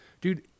Dude